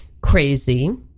crazy